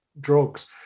drugs